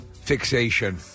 fixation